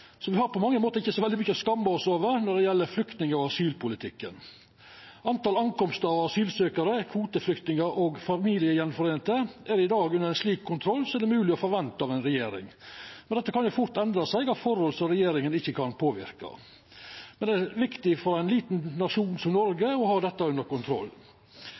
har på mange måtar ikkje så veldig mykje å skamma oss over når det gjeld flyktning- og asylpolitikken. Talet på asylsøkjarar, kvoteflyktningar og familiesameinte som kjem hit, er i dag under ein slik kontroll som det er mogleg å forventa av ei regjering. Men dette kan fort endra seg av forhold som regjeringa ikkje kan påverka. Det er viktig for ein liten nasjon som Noreg å ha dette under kontroll.